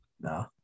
No